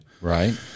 Right